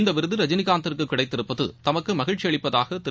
இந்த விருது ரஜினிகாந்திற்கு கிடைத்திருப்பது தமக்கு மகிழ்ச்சி அளிப்பதாக திரு